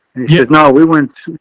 and you should know, we went,